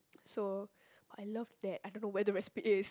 so I love that I don't know where the recipe is